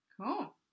Cool